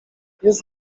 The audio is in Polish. jest